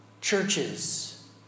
churches